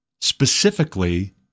specifically